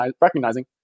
recognizing